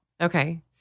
Okay